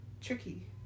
tricky